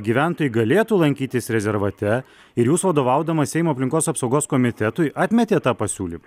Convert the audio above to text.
gyventojai galėtų lankytis rezervate ir jūs vadovaudamas seimo aplinkos apsaugos komitetui atmetėt tą pasiūlymą